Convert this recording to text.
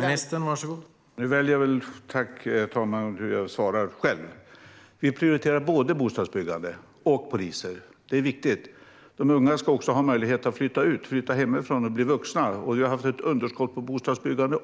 Herr talman! Nu väljer jag själv hur jag svarar. Vi prioriterar både bostadsbyggande och poliser. Det är viktigt. De unga ska också ha en möjlighet att flytta ut, flytta hemifrån och bli vuxna. Vi har också haft ett underskott på bostadsbyggande